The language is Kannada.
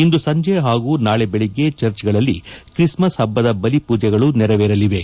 ಇಂದು ಸಂಜೆ ಹಾಗೂ ನಾಳಿ ಬೆಳಿಗ್ಗೆ ಚರ್ಚ್ಗಳಲ್ಲಿ ತ್ರಿಸ್ಕ್ ಹಬ್ಬದ ಬಲಿ ಪೂಜೆಗಳು ನೆರವೇರಲಿವೆ